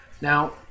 Now